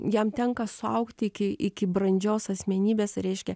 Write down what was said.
jam tenka suaugti iki iki brandžios asmenybės reiškia